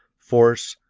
force,